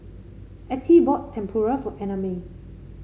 Ettie bought Tempura for Annamae